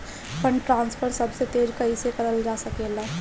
Fund transfer सबसे तेज कइसे करल जा सकेला?